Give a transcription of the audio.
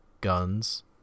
guns